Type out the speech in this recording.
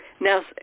Now